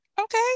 Okay